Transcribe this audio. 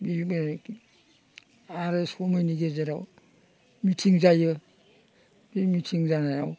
बिदिनो आरो समनि गेजेराव मिथिं जायो बे मिथिं जानायाव